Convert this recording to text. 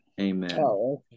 Amen